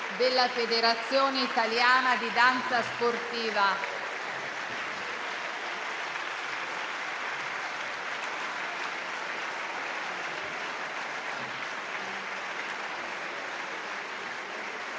della Federazione italiana di danza sportiva.